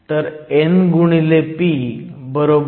तर n p ni2